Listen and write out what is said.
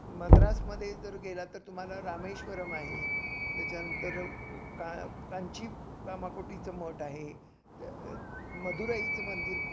मद्रासमध्ये जर गेला तर तुम्हाला रामेश्वरम् आहे त्याच्यानंतर का कांची कामाकोटीचं मठ आहे मधुराईचं मंदिर